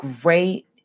great